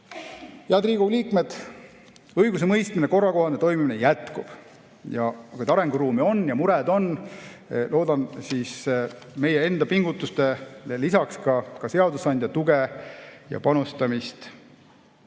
Head Riigikogu liikmed! Õigusemõistmise korrakohane toimimine jätkub, aga arenguruumi ja muresid on. Loodan lisaks meie enda pingutustele ka seadusandja toele ja panustamisele.